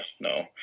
no